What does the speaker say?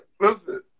listen